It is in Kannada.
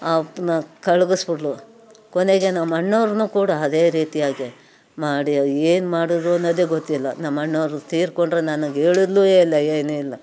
ಅಪ್ಪನ್ನ ಕಳಸ್ಬಿಟ್ಲು ಕೊನೆಗೆ ನಮ್ಮಣ್ಣವ್ರನ್ನೂ ಕೂಡ ಅದೇ ರೀತಿಯಾಗಿ ಮಾಡಿ ಏನು ಮಾಡಿದ್ರು ಅನ್ನೋದೇ ಗೊತ್ತಿಲ್ಲ ನಮ್ಮಣ್ಣವ್ರು ತೀರ್ಕೊಂಡ್ರು ನನಗೆ ಹೇಳಿದ್ಲು ಇಲ್ಲ ಏನು ಇಲ್ಲ